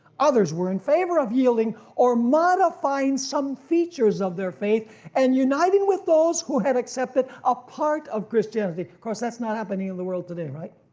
others were in favor of yielding or modifying some features of their faith and uniting with those who had accepted a part of christianity, of course that's not happening in the world today, right?